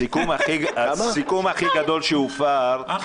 הסיכום הכי גדול שהופר --- שנתיים.